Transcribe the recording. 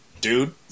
dude